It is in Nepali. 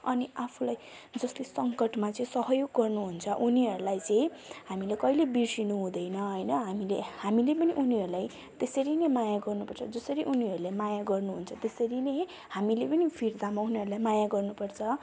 अनि आफूलाई जसले सङ्कटमा चाहिँ सहयोग गर्नु हुन्छ उनीहरूलाई चाहिँ हामीले कहिले बिर्सिनु हुँदैन होइन हामीले हामीले पनि उनीहरूलाई त्यसरी नै माया गर्नुपर्छ जसरी उनीहरूले माया गर्नु हुन्छ त्यसरी नै हामीले पनि फिर्तामा उनीहरूलाई माया गर्नु पर्छ